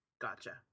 Gotcha